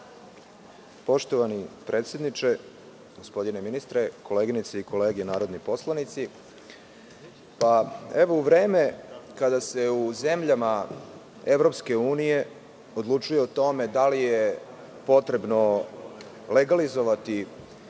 Poštovani predsedniče, gospodine ministre, koleginice i kolege narodni poslanici, u vreme kada se u zemljama EU odlučuje o tome da li je potrebno legalizovati